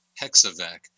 Hexavac